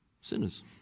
sinners